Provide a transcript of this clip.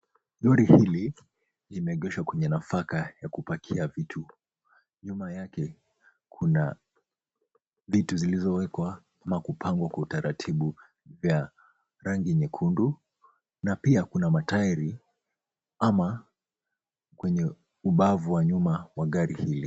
Lori hili limeegeshwa kwenye nafaka ya kupakia vitu. Nyuma yake kuna vitu zilizowekwa ama kupangwa kwa utaratibu vya rangi nyekundu na pia kuna matairi ama kwenye ubavu wa nyuma wa gari hili.